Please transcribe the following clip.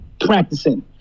practicing